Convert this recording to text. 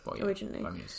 originally